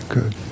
Good